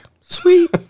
Sweet